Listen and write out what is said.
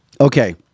Okay